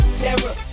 terror